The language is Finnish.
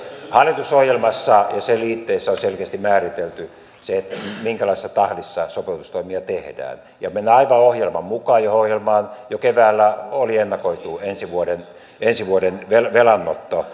hallitusohjelmassa ja sen liitteissä on selkeästi määritelty se minkälaisessa tahdissa sopeutustoimia tehdään ja mennään aivan ohjelman mukaan johon ohjelmaan jo keväällä oli ennakoitu ensi vuoden velanotto